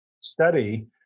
study